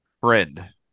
Friend